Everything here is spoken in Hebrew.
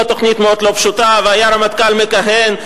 תוכנית מאוד לא פשוטה והיה רמטכ"ל מכהן.